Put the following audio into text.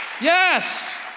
Yes